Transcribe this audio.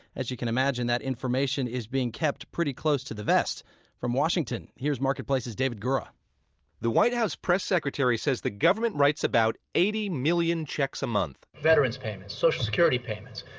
as you can imagine, that information is being kept pretty close to the vest from washington, here's marketplace's david gura the white house press secretary says the government writes about eighty million checks a month veterans' payments, social security payments,